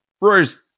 Rory's